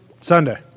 Sunday